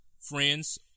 friends